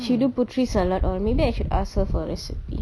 she do putri salat all maybe I should ask her for recipe